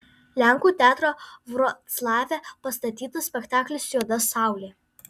lenkų teatro vroclave pastatytas spektaklis juoda saulė